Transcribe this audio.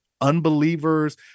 unbelievers